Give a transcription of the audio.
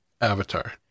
avatar